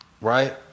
right